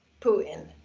Putin